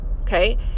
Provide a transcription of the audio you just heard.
okay